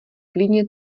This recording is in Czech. klidně